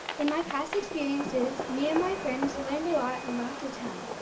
in my past experiences, me and my friend, wendy lott, and laughed a ton.